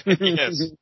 Yes